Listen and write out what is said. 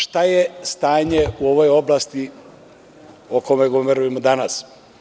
Šta je stanje u ovoj oblasti o kojoj govorimo danas?